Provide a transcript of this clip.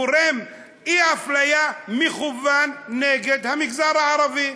גורם האפליה מכוון נגד המגזר הערבי,